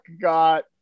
got –